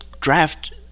draft